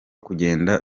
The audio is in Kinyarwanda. kugenda